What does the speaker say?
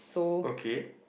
okay